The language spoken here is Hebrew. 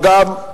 אגב,